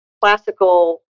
classical